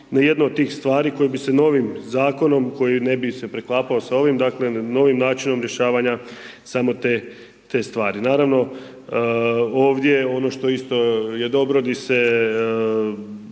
na jednu od tih stvari koji bi se novim zakonom koji ne bi se preklapao sa ovim, dakle novim načinom rješavanja samo te, te stvari. Naravno, ovdje ono što isto je dobro, di se